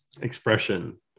expression